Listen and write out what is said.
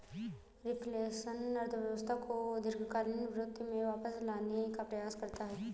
reflection अर्थव्यवस्था को दीर्घकालिक प्रवृत्ति में वापस लाने का प्रयास करता है